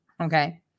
okay